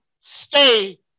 stay